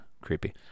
Creepy